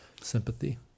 sympathy